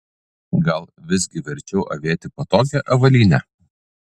gal visgi verčiau avėti patogią avalynę